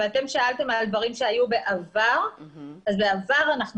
אתם שאלתם על דברים שהיו בעבר ולגבי העבר,